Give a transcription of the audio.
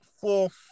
Fourth